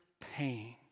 pain